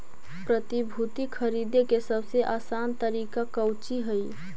प्रतिभूति खरीदे के सबसे आसान तरीका कउची हइ